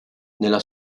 nella